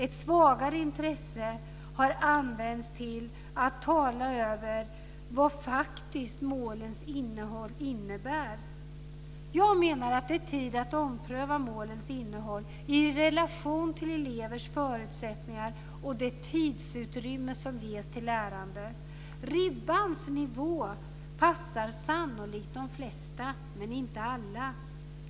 Ett svagare intresse har använts till att tala om vad målens faktiska innehåll innebär. Jag menar att det är tid att ompröva målens innehåll i relation till elevernas förutsättningar och det tidsutrymme som ges till lärande. Ribbans nivå passar sannolikt de flesta, men inte alla.